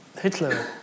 Hitler